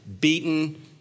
beaten